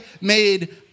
made